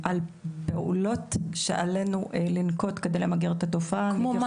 על פעולות שעלינו לנקוט על מנת למגר את התופעה --- כמו מה?